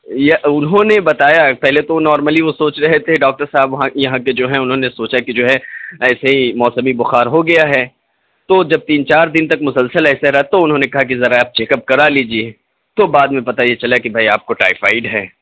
یا انہوں نے بتایا پہلے تو وہ نارملی وہ سوچ رہے تھے ڈاکٹر صاحب وہاں یہاں کے جو ہیں انہوں نے سوچا کہ جو ہے ایسے ہی موسمی بخار ہو گیا ہے تو جب تین چار دن تک مسلسل ایسا رہا تو انہوں نے کہا کہ ذرا آپ چیک اپ کرا لیجیے تو بعد میں پتہ یہ چلا کہ بھائی آپ کو ٹائیفائیڈ ہے